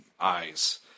eyes